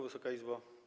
Wysoka Izbo!